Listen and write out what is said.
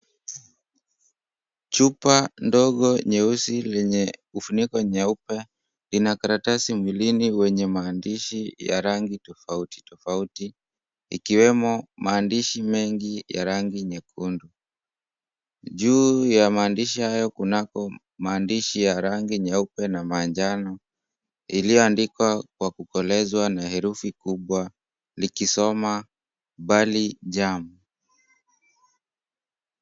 Chupa ndogo jeusi lenye funiko nyeupe ina karatasi mwilini wenye maandishi ya rangi tofauti tofauti ikiwemo maandishi mengi ya rangi nyekundu. 𝐽uu ya maandishi hayo kunako maandishi ya rangi nyeupe na manjano ili𝑦oandikwa kwa kukolezwa 𝑛a herufi kubwa likisoma, Baali Jam.